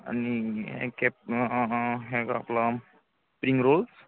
आणि केप हे आपलं स्प्रिंग रोल्स